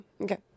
Okay